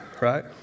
right